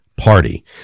party